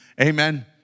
Amen